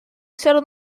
settled